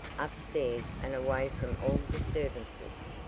upstairs and away from all disturbances.